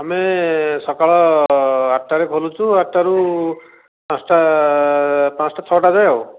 ଆମେ ସକାଳ ଅଠଟା ରେ ଖୋଲୁଛୁ ଆଠଟାରୁ ପାଞ୍ଚଟା ପାଞ୍ଚଟା ଛଅଟା ଯାଏଁ ଆଉ